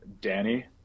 Danny